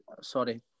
Sorry